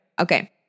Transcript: Okay